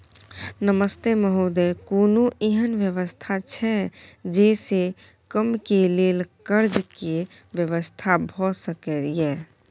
नमस्ते महोदय, कोनो एहन व्यवस्था छै जे से कम के लेल कर्ज के व्यवस्था भ सके ये?